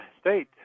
State